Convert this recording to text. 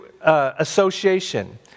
association